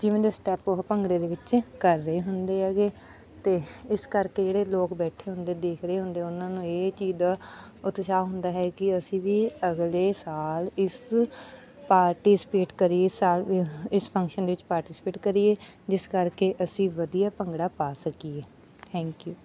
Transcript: ਜਿਵੇਂ ਦੇ ਸਟੈਪ ਉਹ ਭੰਗੜੇ ਦੇ ਵਿੱਚ ਕਰ ਰਹੇ ਹੁੰਦੇ ਹੈਗੇ ਅਤੇ ਇਸ ਕਰਕੇ ਜਿਹੜੇ ਲੋਕ ਬੈਠੇ ਹੁੰਦੇ ਦੇਖ ਰਹੇ ਹੁੰਦੇ ਉਹਨਾਂ ਨੂੰ ਇਹ ਚੀਜ਼ ਦਾ ਉਤਸ਼ਾਹ ਹੁੰਦਾ ਹੈ ਕਿ ਅਸੀਂ ਵੀ ਅਗਲੇ ਸਾਲ ਇਸ ਪਾਰਟੀਸਪੇਟ ਕਰੀਏ ਇਸ ਸਾਲ ਵੀ ਇਸ ਫੰਕਸ਼ਨ ਵਿੱਚ ਪਾਰਟੀਸਪੇਟ ਕਰੀਏ ਜਿਸ ਕਰਕੇ ਅਸੀਂ ਵਧੀਆ ਭੰਗੜਾ ਪਾ ਸਕੀਏ ਥੈਂਕ ਯੂ